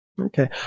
Okay